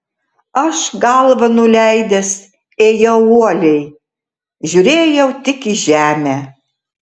aš galvą nuleidęs ėjau uoliai žiūrėjau tik į žemę